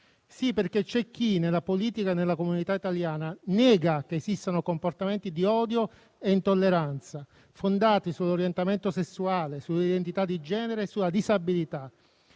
Sì, perché c'è chi nella politica e nella comunità italiana nega che esistano comportamenti di odio e intolleranza fondati sull'orientamento sessuale, sull'identità di genere e sulla disabilità.